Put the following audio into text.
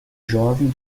jovem